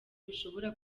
bishobora